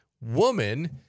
woman